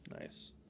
Nice